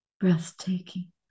Breathtaking